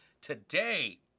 today